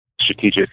strategic